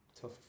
Tough